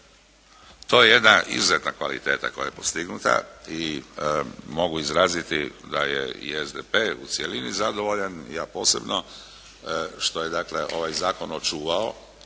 To je jedna izuzetna kvaliteta koja je postignuta i mogu izraziti da je i SDP u cjelini zadovoljan, ja posebno što je dakle ovaj zakon očuvao